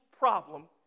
problem